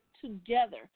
together